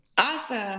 Awesome